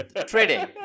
Trading